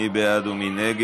87 בעד,